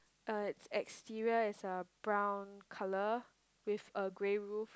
uh it's exterior is a brown colour with a grey roof